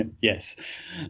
Yes